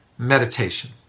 meditation